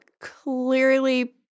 clearly